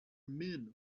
men